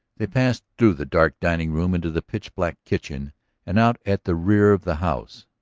they passed through the dark dining-room, into the pitch black kitchen and out at the rear of the house.